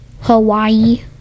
Hawaii